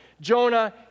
Jonah